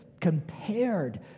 compared